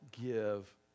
give